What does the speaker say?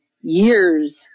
years